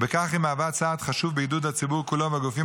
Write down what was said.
ובכך היא מהווה צעד חשוב בעידוד הציבור כולו והגופים